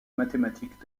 mathématique